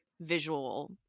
visual